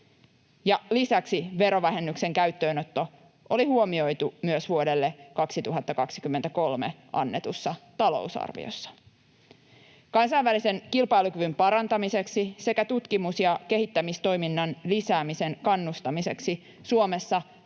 Lisäksi verovähennyksen käyttöönotto oli huomioitu myös vuodelle 2023 annetussa talousarviossa. Kansainvälisen kilpailukyvyn parantamiseksi sekä tutkimus- ja kehittämistoiminnan lisäämisen kannustamiseksi Suomessa tarvitaan